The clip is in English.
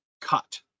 cut